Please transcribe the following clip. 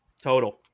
Total